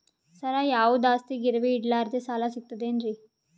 ಸರ, ಯಾವುದು ಆಸ್ತಿ ಗಿರವಿ ಇಡಲಾರದೆ ಸಾಲಾ ಸಿಗ್ತದೇನ್ರಿ?